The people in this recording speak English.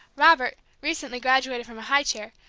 robert, recently graduated from a high chair,